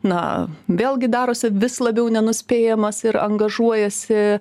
na vėlgi darosi vis labiau nenuspėjamas ir angažuojasi